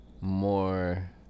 more